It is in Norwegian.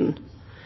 til